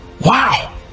wow